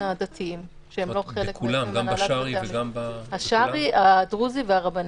הדתיים הבשארי, הדרוזי והרבני.